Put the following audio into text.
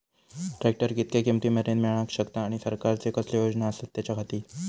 Tractor कितक्या किमती मरेन मेळाक शकता आनी सरकारचे कसले योजना आसत त्याच्याखाती?